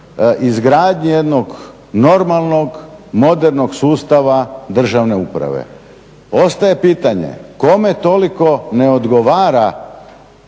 izgradnji jednog normalnog modernog sustava državne uprave. Ostaje pitanje kome toliko ne odgovara